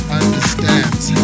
understands